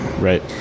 Right